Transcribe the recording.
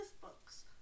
Books